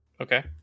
Okay